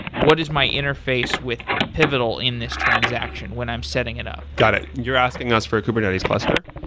what is my interface with pivotal in this transaction when i'm setting it up? got it. you're asking us for a kubernetes cluster,